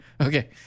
Okay